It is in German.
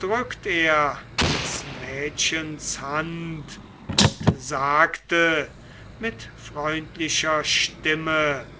drückt er des mädchens hand und sagte mit freundlicher stimme